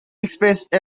expressed